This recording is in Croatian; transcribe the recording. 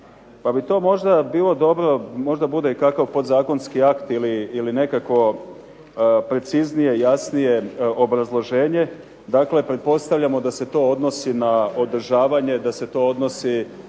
Pa bi to možda bilo dobro, možda bude kakav podzakonski akt ili nekakvo preciznije, jasnije obrazloženje, dakle pretpostavljamo da se to odnosi na održavanje, da se to odnosi